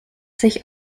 sich